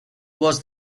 was